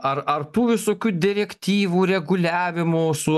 ar ar tų visokių direktyvų reguliavimų su